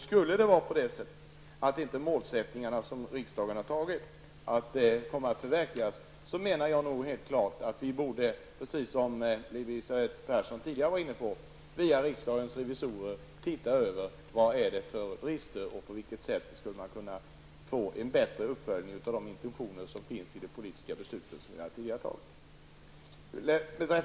Skulle det bli så att de mål som riksdagen har fastställt inte kan förverkligas borde vi, precis som Elisabeth Persson tidigare var inne på, via riksdagens revisorer se över var det brister och på vilket sätt man skall kunna få en bättre uppföljning av de intentioner som vi uttalat i det beslut som vi har fattat.